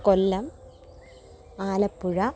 Kollam Alappuzha